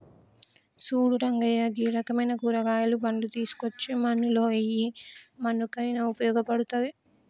సూడు రంగయ్య గీ రకమైన కూరగాయలు, పండ్లు తీసుకోచ్చి మన్నులో ఎయ్యి మన్నుకయిన ఉపయోగ పడుతుంది